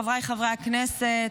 חבריי חברי הכנסת,